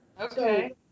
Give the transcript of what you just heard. Okay